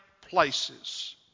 places